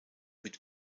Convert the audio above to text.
mit